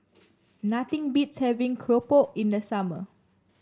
nothing beats having Keropok in the summer